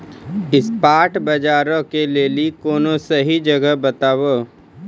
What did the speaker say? spot बजारो के लेली कोनो सही जगह बताबो